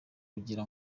kugira